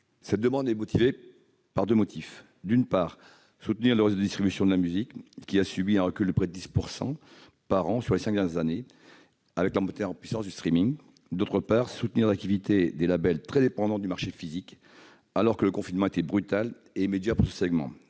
autres États membres. Il s'agit, d'une part, de soutenir le réseau de distribution de la musique qui a subi un recul de près de 10 % par an sur les cinq années avec la montée en puissance du et, d'autre part, de soutenir l'activité des labels très dépendants du marché physique alors que le confinement a été brutal et immédiat pour ce segment.